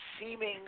seeming